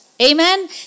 Amen